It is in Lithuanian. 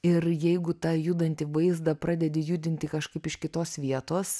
ir jeigu tą judantį vaizdą pradedi judinti kažkaip iš kitos vietos